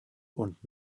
und